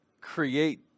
create